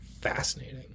fascinating